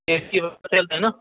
taxi والا ہے نا